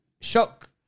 Shock